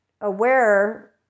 aware